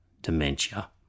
dementia